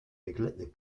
neglecting